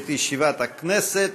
את ישיבת הכנסת.